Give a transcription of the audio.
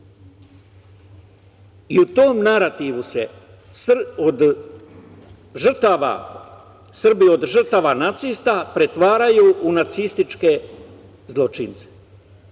i u tom narativu se od Srbi od žrtava nacista pretvaraju u nacističke zločince.